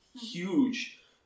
huge